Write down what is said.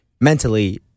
mentally